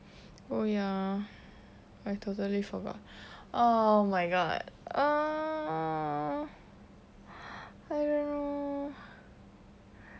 oh ya I totally forgot oh my god err I don't know